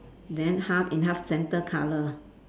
then half in half centre colour